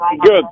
Good